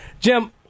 Jim